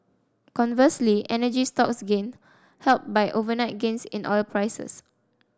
conversely energy stocks gained helped by overnight gains in oil prices